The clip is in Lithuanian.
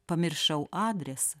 pamiršau adresą